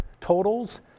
totals